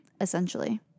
essentially